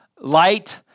light